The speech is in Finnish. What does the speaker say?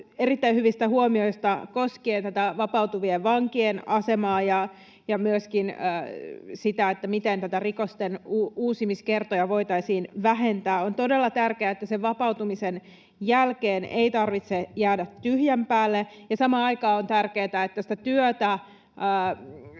erittäin hyvistä huomioista koskien vapautuvien vankien asemaa ja myöskin sitä, miten rikosten uusimiskertoja voitaisiin vähentää. On todella tärkeää, että vapautumisen jälkeen ei tarvitse jäädä tyhjän päälle, ja samaan aikaan on tärkeätä, että työtä